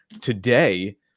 today